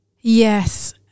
Yes